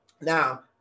Now